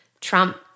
Trump